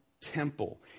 temple